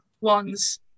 ones